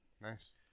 Nice